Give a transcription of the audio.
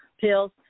pills